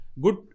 good